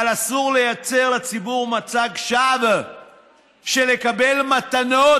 אבל אסור לייצר לציבור מצג שווא שלקבל מתנות